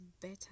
better